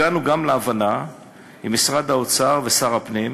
הגעתי להבנה עם משרד האוצר ושר הפנים